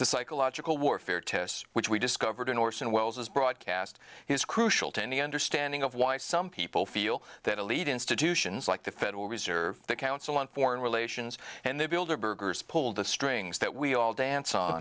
the psychological warfare test which we discovered in orson welles's broadcast his crucial to any understanding of why some people feel that elite institutions like the federal reserve the council on foreign relations and they build their burgers pull the strings that we all dance on